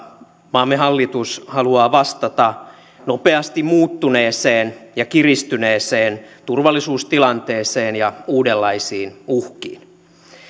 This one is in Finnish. maamme hallitus haluaa vastata nopeasti muuttuneeseen ja kiristyneeseen turvallisuustilanteeseen ja uudenlaisiin uhkiin